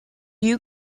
you